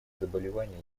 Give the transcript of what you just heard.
заболевания